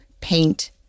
paint